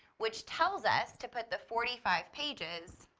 which tells us to put the forty-five pages